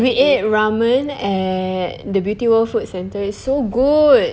we ate ramen at the beauty world food centre it's so good